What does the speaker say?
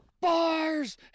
bars